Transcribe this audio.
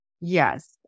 Yes